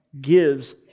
gives